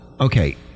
Okay